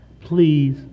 please